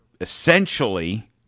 essentially